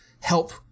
help